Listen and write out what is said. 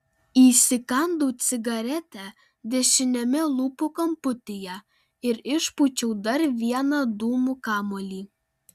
įsikandau cigaretę dešiniame lūpų kamputyje ir išpūčiau dar vieną dūmų kamuolį